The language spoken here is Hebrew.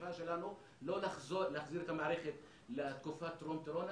השאיפה שלנו לא להחזיר את המערכת לתקופת טרום הקורונה,